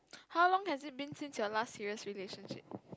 how long has it been since your last serious relationship